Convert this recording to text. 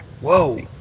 Whoa